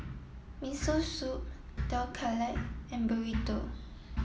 Miso Soup Dhokla and Burrito